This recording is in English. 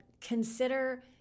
consider